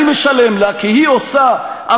אני משלם לה כי היא עושה עבודה,